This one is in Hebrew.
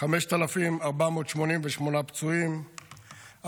5,488 פצועים,